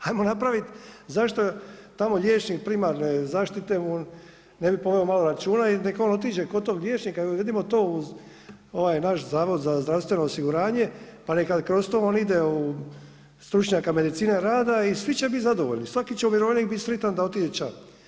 Hajmo napravit, zašto tamo liječnik primarne zaštite ne bi poveo malo računa i neka on otiđe kod tog liječnika i uvedimo to u ovaj naš Zavod za zdravstveno osiguranje, pa neka kroz to on ide u stručnjaka Medicine rada i svi će bit zadovoljni, svaki će umirovljenik bit sritan da otiđe ča.